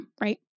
right